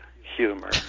humor